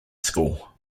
school